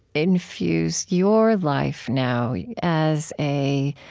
infuse your life now as a